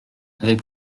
avait